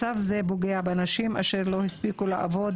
מצב זה פוגע בנשים אשר לא הספיקו לעבוד